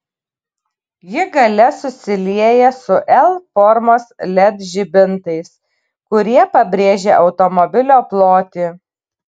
ji gale susilieja su l formos led žibintais kurie pabrėžia automobilio plotį